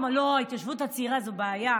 הוא אמר: לא, ההתיישבות הצעירה זו בעיה.